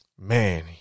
man